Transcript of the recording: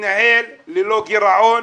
מתנהל ללא גירעון